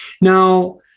Now